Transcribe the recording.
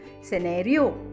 scenario